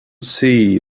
see